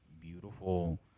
beautiful